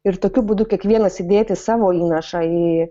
ir tokiu būdu kiekvienas įdėti savo įnašą į